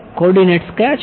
coordinates કયા છે